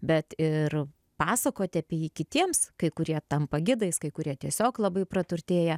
bet ir pasakoti apie jį kitiems kai kurie tampa gidais kai kurie tiesiog labai praturtėja